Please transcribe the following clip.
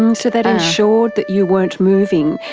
um so that ensured that you weren't moving,